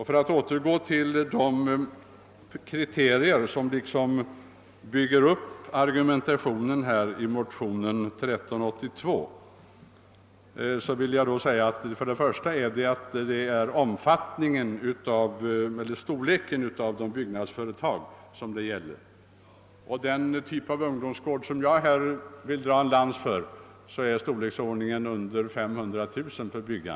För att återgå till de skäl som bygger upp argumentationen i motionén II: 1382 vill jag först och främst beträffande storleken av ifrågavarande byggnadsföretag, d. v. s. den typ av ungdomsgård som jag vill bryta en lans för, meddela att kostnaden härför ligger under 500000 kr.